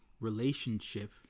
relationship